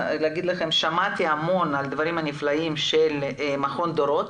שמעתי המון על הדברים הנפלאים שעושה מכון דורות,